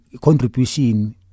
contribution